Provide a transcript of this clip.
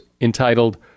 entitled